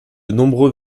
nombreux